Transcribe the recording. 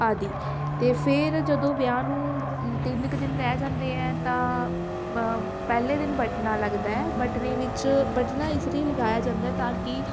ਆਦਿ ਅਤੇ ਫਿਰ ਜਦੋਂ ਵਿਆਹ ਨੂੰ ਤਿੰਨ ਕੁ ਦਿਨ ਰਹਿ ਜਾਂਦੇ ਹੈ ਤਾਂ ਮ ਪਹਿਲੇ ਦਿਨ ਬਟਨਾ ਲੱਗਦਾ ਹੈ ਬਟਨੇ ਵਿੱਚ ਬਟਨਾ ਇਸ ਲਈ ਲਗਾਇਆ ਜਾਂਦਾ ਤਾਂ ਕਿ